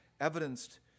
evidenced